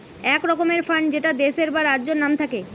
এক রকমের ফান্ড যেটা দেশের বা রাজ্যের নাম থাকে